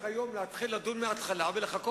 על מה החופזה ועל מה הלהט לקום ולומר: